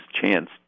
chance